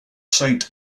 saint